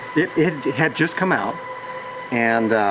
it had just come out and